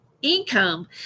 income